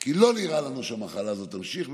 כי לא נראה לנו שהמחלה הזאת תימשך,